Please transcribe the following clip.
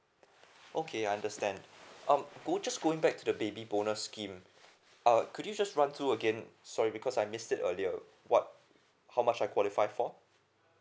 okay I understand um would you just going back to the baby bonus scheme uh could you just run through again sorry because I miss it earlier what how much I qualify for